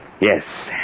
Yes